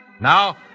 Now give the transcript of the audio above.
Now